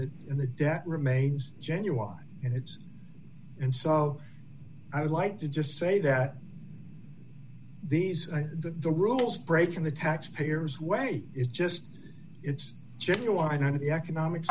the in the debt remains genuine and it's and so i would like to just say that these are the rules breaking the taxpayer's way is just it's genuine and the economic